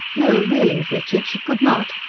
no, really, richard, she could not.